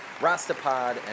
Rastapod